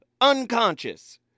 unconscious